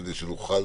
כדי שנוכל,